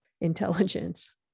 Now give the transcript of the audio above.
intelligence